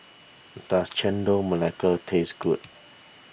does Chendol Melaka taste good